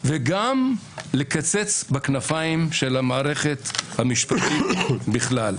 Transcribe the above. וגם לקצץ בכנפיים של המערכת המשפטית בכלל,